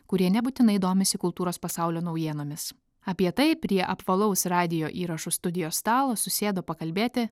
kurie nebūtinai domisi kultūros pasaulio naujienomis apie tai prie apvalaus radijo įrašų studijos stalo susėdo pakalbėti